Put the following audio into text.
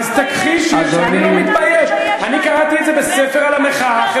אני שואל אותך.